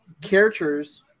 characters